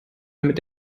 damit